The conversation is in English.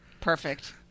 Perfect